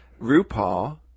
RuPaul